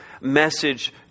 message